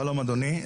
שלום אדוני,